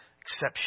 exception